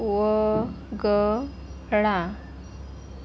वगळा